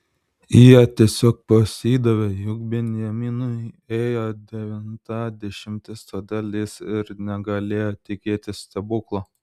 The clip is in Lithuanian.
jie tiesiog pasidavė juk benjaminui ėjo devinta dešimtis todėl jis ir negalėjo tikėtis stebuklo